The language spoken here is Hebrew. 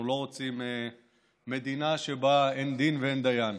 אנחנו לא רוצים מדינה שבה אין דין ואין דיין.